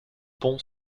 pont